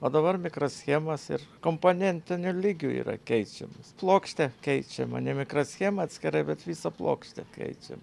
o dabar mikroschemos ir komponentiniu lygiu yra keičiamas plokštė keičiama ne mikroschema atskirai bet visą plokštę keičiam